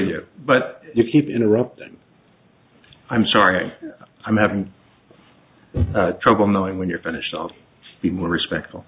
you but you keep interrupting i'm sorry i'm having trouble knowing when you're finished i'll be more respectful